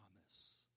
promise